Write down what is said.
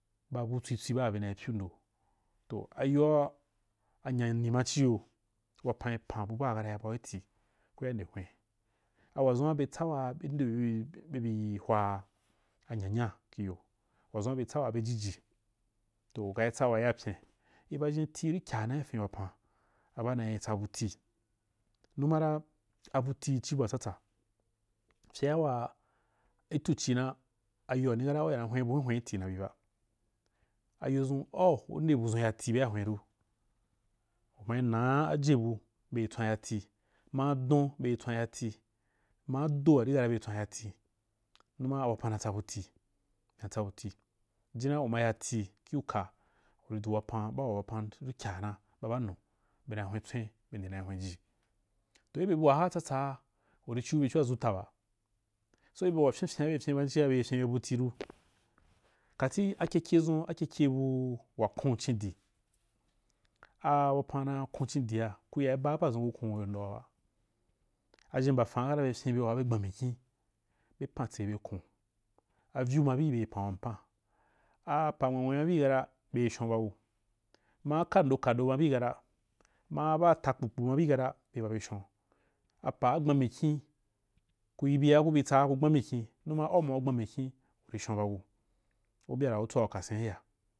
Babu tswi tswi baa bena pyu ndo, toh ayaa angayi ni ma chiya wapan apn baa kata iya bau iti kuya nde hwen, awazun a betsa waa be ndeuyi bebi hwaa anya nya kiyo, wazaun a bets awa jiji, toh kaitsa wayapyin iba zhenti rikyaa na ifen wapan, abanti tsabuti numara, abuti chi bua tsatsa fen waa atuchina, gyoani kara uye na hwenbu hwen hwen itiba na iba ayoziun au u unde buzun yati beya hwenru, umai naa ajebu be tswan yati, ma adon bei tswan yati ma adoaria bei tswan yati numa awapan na tsabuti, natsa du ba banu bena hwen tswen buaha tsatsaa uri chiu bechua zutaba, so bua fyin yin uri fyin banchia bei fyin be buti ru, kati akeke zun akeke nuu wakunchin di, a-wapan nak un chindia kuyii baa pazun kukun yo ndoa ba, azha mbaran’a kata beyo waaa be gban mikin. be pantse be kun, abyu ma bii bei paniu noa a paa nwanwi ma bii hara bei shon baku, maa kanda kando ma bii hara, maa baa rakpukpu ma bii kara bei babe shon, apaa gban mikin, kiu bia kubi tsa ku gban miin, numa auma ugban mikinuri shon baku, u mbyara utsau kasen yaya